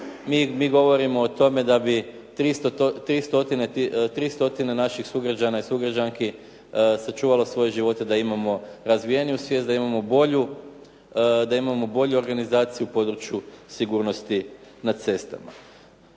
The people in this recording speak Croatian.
Mi govorimo o tome da bi 300 naših sugrađana i sugrađanki sačuvalo svoje živote da imamo razvijeniju svijest, da imamo bolju organizaciju u području sigurnosti na cestama.